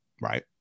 Right